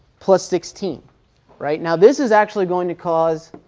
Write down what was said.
plus sixteen right. now this is actually going to cause